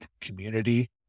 community